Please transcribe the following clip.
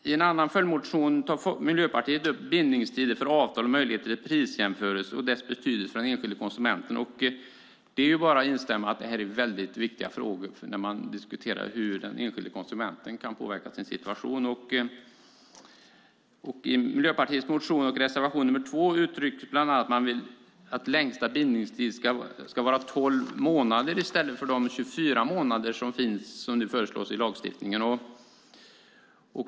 I en annan följdmotion tar Miljöpartiet upp bindningstider för avtal och möjligheter till prisjämförelser och deras betydelse för den enskilde konsumenten. Det är bara att instämma i att det är väldigt viktiga frågor när man diskuterar hur den enskilde konsumenten kan påverka sin situation. I Miljöpartiets motion och reservation nr 2 uttrycks bland annat att man vill att längsta bindningstid ska vara tolv månader i stället för de 24 månader som nu föreslås i lagstiftningen.